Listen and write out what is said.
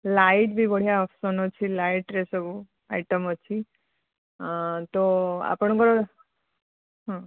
light ବି ବଢ଼ିଆ option ଅଛି ଲାଇଟ୍ରେ ସବୁ ଆଇଟମ୍ ଅଛି ତ ଆପଣଙ୍କର ହଁ